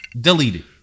Deleted